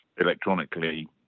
electronically